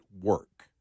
work